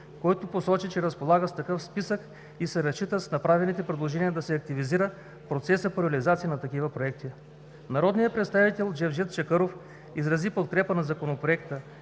който посочи, че разполага с такъв списък и че разчита с направените предложения да се активизира процесът по реализация на такива проекти. Народният представител Джевдет Чакъров изрази подкрепа на Законопроекта,